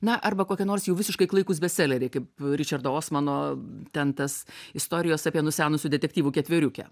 na arba kokie nors jau visiškai klaikūs bestseleriai kaip ričardo osmano tentas istorijos apie nusenusių detektyvų ketveriukę